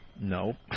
No